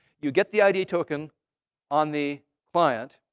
you get the id token on the client.